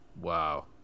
Wow